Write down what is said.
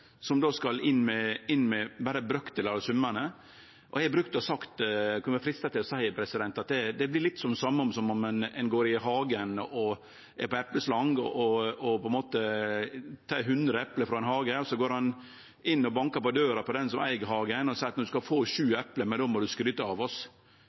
ein då skal inn med berre brøkdelar av summane. Eg kan vere freista til å seie at det blir litt det same som om ein går i ein hage på epleslang og tek 100 eple, og så går ein og bankar på døra til dei som eig hagen og seier: Du skal få sju eple, men då må du skryte av oss.